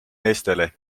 meestele